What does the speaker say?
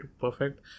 perfect